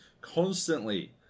constantly